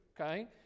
okay